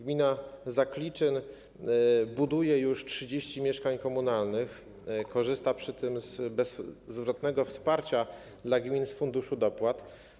Gmina Zakliczyn buduje już 30 mieszkań komunalnych, korzysta przy tym z bezzwrotnego wsparcia dla gmin z Funduszu Dopłat.